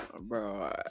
Bro